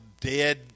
dead